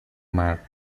mar